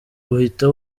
uhita